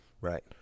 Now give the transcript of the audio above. Right